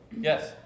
Yes